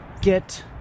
get